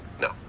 No